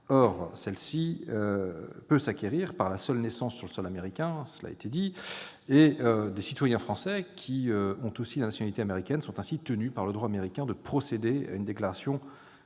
Or celle-ci peut s'acquérir par la seule naissance sur le sol américain, cela a été dit. Des citoyens français, qui ont aussi la nationalité américaine, sont ainsi tenus par le droit américain de procéder à une déclaration de